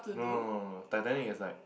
no no no no no Titanic is like